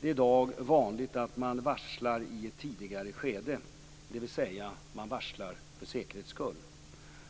Det är i dag vanligt att man varslar i ett tidigare skede, dvs. man varslar för säkerhets skull,